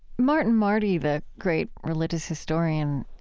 martin marty, the great religious historian,